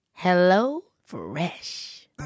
HelloFresh